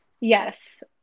Yes